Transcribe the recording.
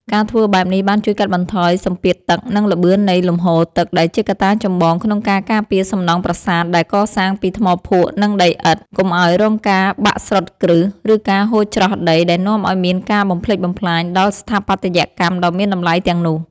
ការធ្វើបែបនេះបានជួយកាត់បន្ថយសម្ពាធទឹក និងល្បឿននៃលំហូរទឹក ដែលជាកត្តាចម្បងក្នុងការការពារសំណង់ប្រាសាទដែលកសាងពីថ្មភក់ និងដីឥដ្ឋ កុំឱ្យរងការបាក់ស្រុតគ្រឹះ ឬការហូរច្រោះដីដែលនាំឱ្យមានការបំផ្លិចបំផ្លាញដល់ស្ថាបត្យកម្មដ៏មានតម្លៃទាំងនោះ។